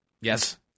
Yes